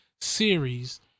series